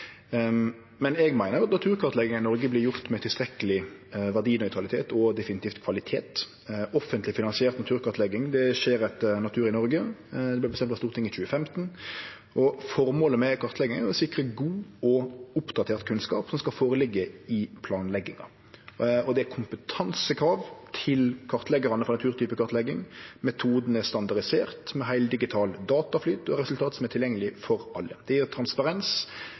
Eg meiner at naturkartlegginga i Noreg vert gjord med tilstrekkeleg verdinøytralitet og definitivt med kvalitet. Offentleg finansiert naturkartlegging skjer etter Natur i Norge, det vart bestemt av Stortinget i 2015, og føremålet med kartlegginga er å sikre god og oppdatert kunnskap som skal liggje føre i planlegginga. Det er kompetansekrav til kartleggjarane for naturtypekartlegging, metodane er standardiserte med heildigital dataflyt og resultat som er tilgjengelege for alle. Det gjev transparens, det gjer at det er